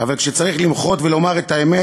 אבל כשצריך למחות ולומר את האמת,